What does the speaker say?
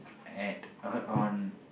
at on on